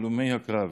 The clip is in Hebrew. הלומי הקרב,